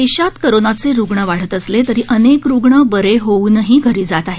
देशात कोरोनाचे रुग्ण वाढत असले तरी अनेक रुग्ण बरे होऊनही घरी जात आहेत